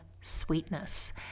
sweetness